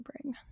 bring